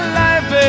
life